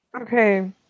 Okay